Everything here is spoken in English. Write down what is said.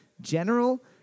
General